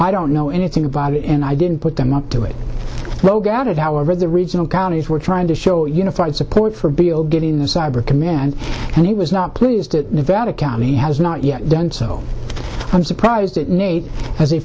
i don't know anything about it and i didn't put them up to it so get out of however the regional counties were trying to show unified support for bill getting the cyber command and he was not pleased to nevada county has not yet done so i'm surprised that nate has a